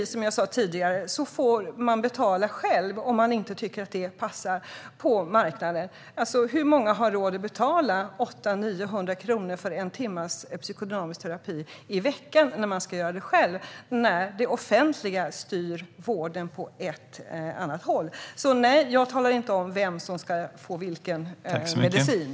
Som jag sa tidigare får man betala själv om man inte tycker att det här passar. Hur många har råd att betala 800-900 kronor för en timmes psykodynamisk terapi i veckan, vilket är vad det kostar om man ska betala själv? Det offentliga styr vården åt ett annat håll. Nej, jag talar inte om vem som ska få vilken medicin.